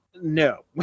No